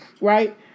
right